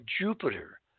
Jupiter